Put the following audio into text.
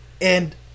And-